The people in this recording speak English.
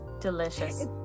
Delicious